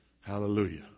Hallelujah